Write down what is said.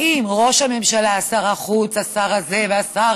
האם ראש הממשלה, שר החוץ, השר הזה והשר